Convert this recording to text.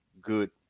good